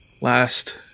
last